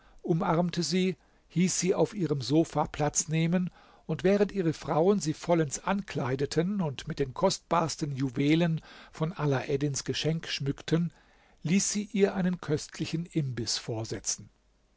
umarmte sie hieß sie auf ihrem sofa platz nehmen und während ihre frauen sie vollends ankleideten und mit den kostbarsten juwelen von alaeddins geschenk schmückten ließ sie ihr einen köstlichen imbiß vorsetzen